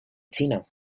china